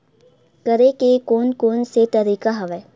करे के कोन कोन से तरीका हवय?